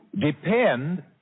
depend